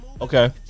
Okay